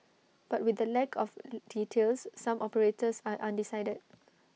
but with the lack of details some operators are undecided